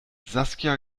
saskia